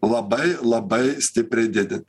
labai labai stipriai didint